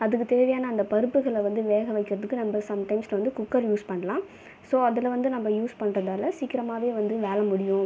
அதுக்குத் தேவையான அந்த பருப்புகளை வந்து வேக வைக்கிறதுக்கு நம்ம சம்டைம்ஸில் வந்து குக்கர் யூஸ் பண்ணலாம் ஸோ அதில் வந்து நம்ம யூஸ் பண்றதால் சீக்கிரமாகவே வந்து வேலை முடியும்